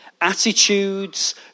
Attitudes